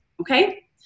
okay